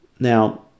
Now